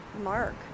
mark